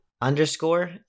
underscore